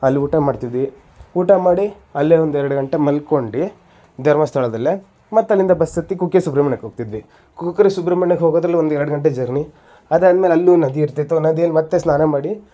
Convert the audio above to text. ಅಲ್ಲಿ ಊಟ ಮಾಡ್ತಿದ್ವಿ ಊಟ ಮಾಡಿ ಅಲ್ಲೇ ಒಂದೆರಡು ಗಂಟೆ ಮಲ್ಕೊಂಡು ಧರ್ಮಸ್ಥಳದಲ್ಲೇ ಮತ್ತಲ್ಲಿಂದ ಬಸ್ ಹತ್ತಿ ಕುಕ್ಕೆ ಸುಬ್ರಮಣ್ಯಕ್ಕೆ ಹೋಗ್ತಿದ್ವಿ ಕುಕ್ಕೆ ಸುಬ್ರಮಣ್ಯಕ್ಕೆ ಹೋಗೋದ್ರಲ್ಲಿ ಒಂದೆರಡು ಗಂಟೆ ಜರ್ನಿ ಅದಾದಮೇಲೆ ಅಲ್ಲೂ ನದಿ ಇರ್ತಿತ್ತು ನದಿಯಲ್ಲಿ ಮತ್ತೆ ಸ್ನಾನ ಮಾಡಿ